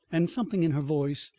and something in her voice,